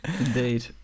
indeed